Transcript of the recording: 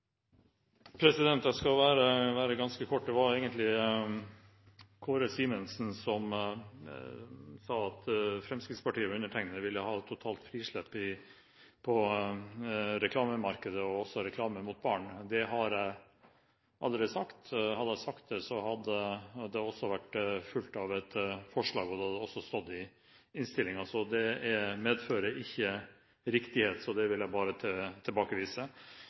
sa at Fremskrittspartiet og jeg ville ha totalt frislipp på reklamemarkedet, også reklame mot barn. Det har jeg aldri sagt. Hadde jeg sagt det, hadde det også vært fulgt av et forslag, og det hadde stått i innstillingen. Det medfører ikke riktighet, så det vil jeg tilbakevise. Når det gjelder reklame for alkohol og tobakk, viser jeg til